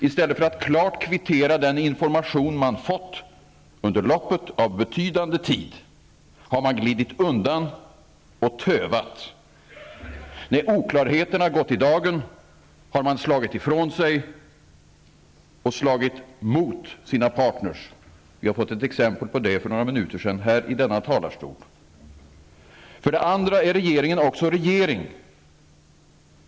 I stället för att klart kvittera den information man fått under loppet av betydande tid har man glidit undan och tövat. När oklarheterna har gått i dagen har man slagit ifrån sig och slagit mot sina partner -- vi har fått ett exempel på det för några minuter sedan här i denna talarstol. För det andra är regeringen också regering.